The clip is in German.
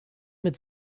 mit